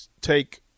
take